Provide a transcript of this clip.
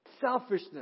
Selfishness